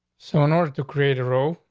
so in order to create a row,